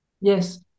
Yes